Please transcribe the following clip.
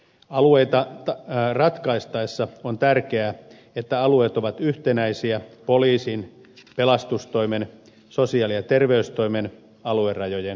alueita ratkaistaessa on tärkeää että alueet ovat yhtenäisiä poliisin pelastustoimen sosiaali ja terveystoimen aluerajojen kanssa